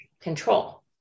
control